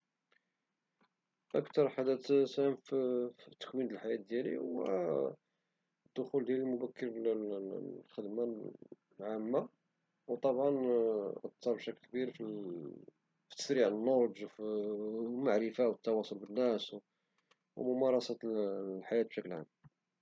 أكبر حدث ساهم في التكوين ديال الحياة ديالي الدخول ديالي المبكر للخدمة العامة وطبعا أثر بشكل كبير في تسريع النضج والمعرفة والتواصل مع الناس ومارسة الحياة بشكل عام.